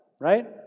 right